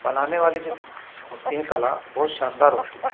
बनाने वाली जो होती है कला बहुत शानदार होती है